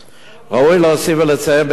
ראוי להוסיף ולציין בהקשר זה